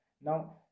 Now